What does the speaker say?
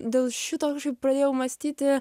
dėl šito pradėjau mąstyti